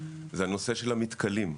זה הנושא של המתכלים,